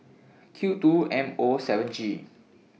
Q two M O seven G